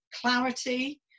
clarity